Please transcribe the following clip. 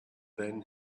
then